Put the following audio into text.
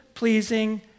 pleasing